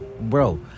Bro